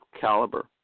caliber